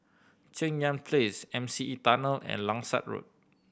Cheng Yan Place M C E Tunnel and Langsat Road